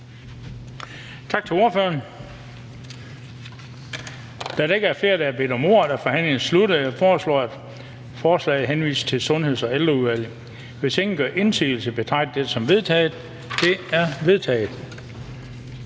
Tak til ordføreren. Da der ikke er flere, der har bedt om ordet, er forhandlingen sluttet. Jeg foreslår, at forslaget henvises til Sundheds- og Ældreudvalget. Hvis ingen gør indsigelse, betragter jeg det som vedtaget. Det er vedtaget.